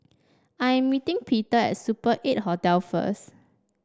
I am meeting Peter at Super Eight Hotel first